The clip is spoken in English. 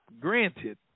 granted